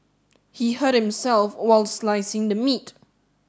he hurt himself while slicing the meat